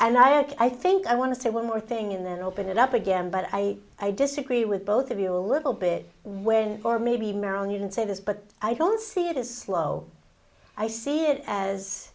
and i think i want to say one more thing and then open it up again but i i disagree with both of you a little bit when or maybe marilyn you can say this but i don't see it is slow i see it as